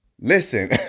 Listen